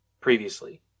previously